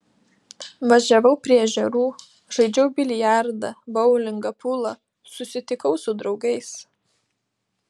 važiavau prie ežerų žaidžiau biliardą boulingą pulą susitikau su draugais